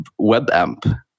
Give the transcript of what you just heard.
WebAmp